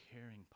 caring